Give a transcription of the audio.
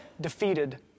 defeated